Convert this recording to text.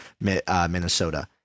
Minnesota